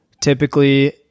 typically